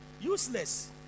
useless